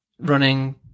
running